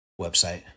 website